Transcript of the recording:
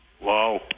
Whoa